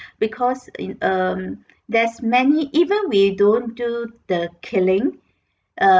because in um there's many even we don't do the killing err